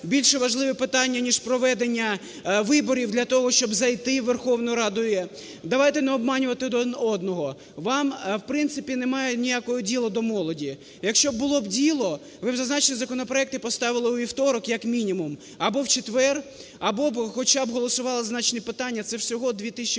більш важливе питання, ніж проведення виборів для того, щоб зайти у Верховну Раду. Давайте не обманювати один одного, вам, в принципі, немає ніякого діла до молоді. Якщо було б діло, ви б зазначені законопроекти поставили у вівторок як мінімум або в четвер, або хоча б голосували зазначені питання, це всього 2 тисячі гривень